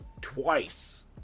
twice